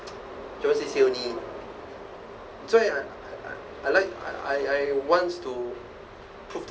john say say only john I I like I I wants to prove